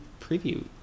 preview